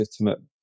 legitimate